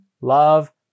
love